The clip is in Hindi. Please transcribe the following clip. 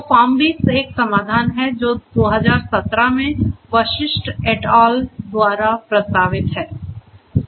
तो फार्मबीट्स एक समाधान है जो 2017 में वशिष्ठ एट अल द्वारा प्रस्तावित है